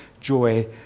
joy